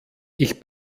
ich